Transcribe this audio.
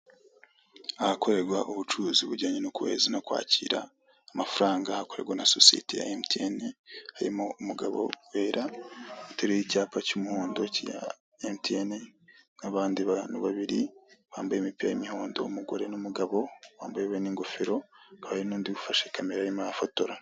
Ahakorerwa ubucuruzi bujyanye no kohereza no kwakira amafaranga hakorerwa na sosiyete ya emutiyene, harimo umugabo wera uteruye icyapa cy'umuhondo cya emutiyene, n'abandi bantu babiri bambaye imipira y'imihondo umugore n'umugabo wambaye n'ingofero, hari n'undi ufashe kamera arimo arafotora.